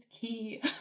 key